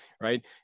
Right